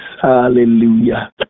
Hallelujah